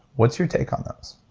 what's your take on those?